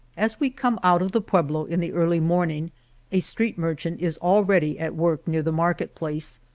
as we come out of the pueblo in the early morning a street merchant is already at work near the market-place,